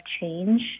change